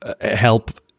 help